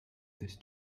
this